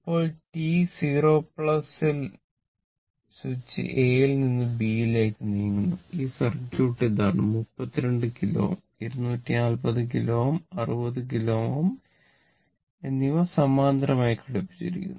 ഇപ്പോൾ t 0 ൽ switch A യിൽ നിന്ന് B യിലേക്ക് നീങ്ങുന്നു ഈ സർക്യൂട്ട് ഇതാണ് 32 കിലോ Ω 240 കിലോ Ω 60 കിലോ എന്നിവ സമാന്തരമായി ഘടിപ്പിച്ചിരിക്കുന്ന